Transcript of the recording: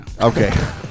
okay